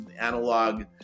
analog